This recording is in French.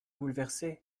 bouleversé